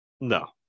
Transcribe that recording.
No